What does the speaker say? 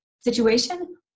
situation